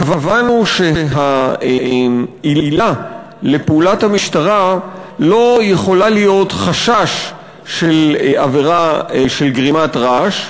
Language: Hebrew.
קבענו שהעילה לפעולת המשטרה לא יכולה להיות חשש של עבירה של גרימת רעש,